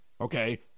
okay